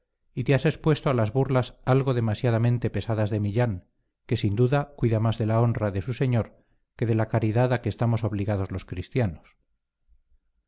y te has expuesto a las burlas algo demasiadamente pesadas de millán que sin duda cuida más de la honra de su señor que de la caridad a que estamos obligados los cristianos